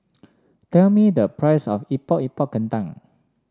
tell me the price of Epok Epok Kentang